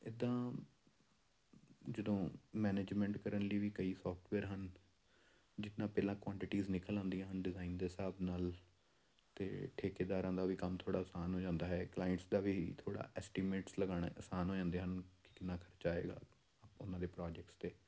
ਇੱਦਾਂ ਜਦੋਂ ਮੈਨੇਜਮੈਂਟ ਕਰਨ ਲਈ ਵੀ ਕਈ ਸੋਫਟਵੇਅਰ ਹਨ ਜਿਹ ਨਾਲ ਪਹਿਲਾ ਕੁਆਂਟੀਟੀਜ ਨਿਕਲ ਆਉਂਦੀਆਂ ਹਨ ਡਿਜ਼ਾਇਨ ਦੇ ਹਿਸਾਬ ਨਾਲ ਅਤੇ ਠੇਕੇਦਾਰਾਂ ਦਾ ਵੀ ਕੰਮ ਥੋੜ੍ਹਾ ਆਸਾਨ ਹੋ ਜਾਂਦਾ ਹੈ ਕਲਾਇੰਟਸ ਦਾ ਵੀ ਥੋੜ੍ਹਾ ਐਸਟੀਮੇਟਸ ਲਗਾਉਣਾ ਆਸਾਨ ਹੋ ਜਾਂਦੇ ਹਨ ਕੀ ਕਿੰਨਾ ਖਰਚ ਆਏਗਾ ਉਹਨਾਂ ਦੇ ਪ੍ਰੋਜੈਕਟਸ 'ਤੇ